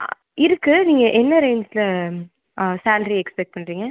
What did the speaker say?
அ இருக்குதுக்கு நீங்கள் என்ன ரேஞ்ச்சில் சேல்ரி எக்ஸ்பெக்ட் பண்ணுறீங்க